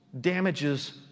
damages